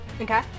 Okay